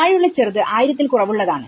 താഴെയുള്ള ചെറുത് 1000 ൽ കുറവുള്ളതാണ്